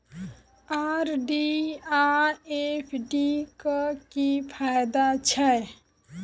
RD आ FD क की फायदा छै?